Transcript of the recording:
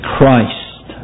Christ